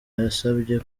yasabye